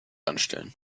anstellen